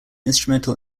instrumental